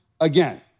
again